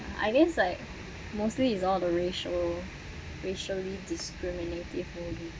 I guess like mostly is all the racial racially discriminative movie